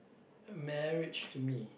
marriage to me